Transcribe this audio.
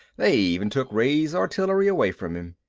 they even took ray's artillery away from him.